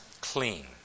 clean